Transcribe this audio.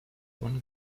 one